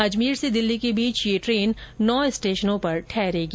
अजमेर से दिल्ली के बीच ट्रेन नौ स्टेशनों पर ठहरेगी